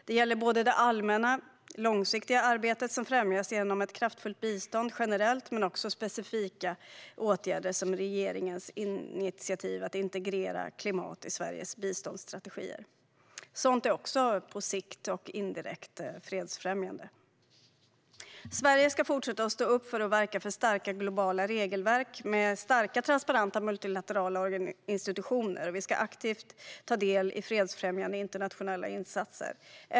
Det gäller det allmänna, långsiktiga arbetet som främjas genom ett kraftfullt bistånd generellt men också specifika åtgärder, som regeringens initiativ att integrera klimat i Sveriges biståndsstrategier. Sådant är också på sikt och indirekt fredsfrämjande. Sverige ska fortsätta att stå upp för och verka för starka globala regelverk med starka, transparenta och multilaterala institutioner, och vi ska aktivt ta del i fredsfrämjande internationella insatser.